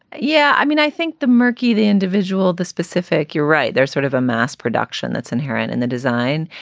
yeah, i mean, i think the murky, the individual, the specific. you're right. there's sort of a mass production that's inherent in and the design.